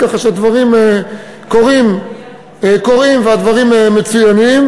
ככה שהדברים קורים והדברים מצוינים.